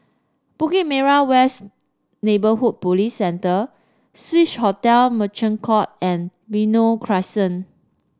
Bukit Merah West Neighbourhood Police Centre Swissotel Merchant Court and Benoi Crescent